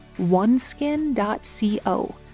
oneskin.co